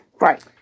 Right